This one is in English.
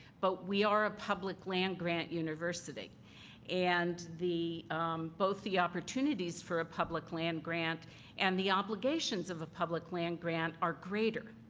but we are a public land grant university and both the opportunities for a public land grant and the obligations of a public land grant are greater,